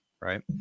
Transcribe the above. right